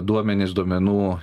duomenys duomenų